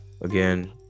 again